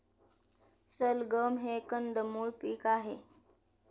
सलगम हे कंदमुळ पीक आहे